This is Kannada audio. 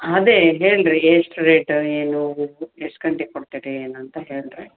ಹಾಂ ಅದೇ ಹೇಳಿ ರೀ ಎಷ್ಟು ರೇಟ ಏನು ಎಷ್ಟು ಎಷ್ಟು ಗಂಟೆಗೆ ಕೊಡ್ತೀರಿ ಏನು ಅಂತ ಹೇಳಿ ರೀ